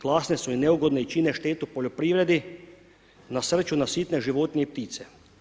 Glasne su i neugodne i čine štetu poljoprivredi, nasrću na sitne životinje i ptice.